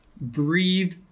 Breathe